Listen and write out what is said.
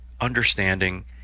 understanding